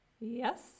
Yes